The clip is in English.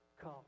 come